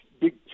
big